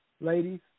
ladies